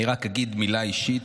לסיום אני רק אגיד מילה אישית.